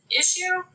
issue